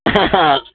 ह हा